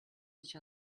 each